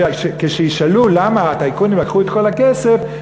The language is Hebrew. כשישאלו למה הטייקונים לקחו את כל הכסף,